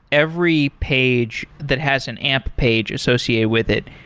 every page that has an amp page associated with it,